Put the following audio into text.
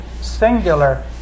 singular